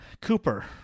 Cooper